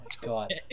God